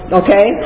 okay